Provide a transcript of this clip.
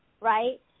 Right